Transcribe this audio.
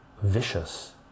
Vicious